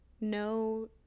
no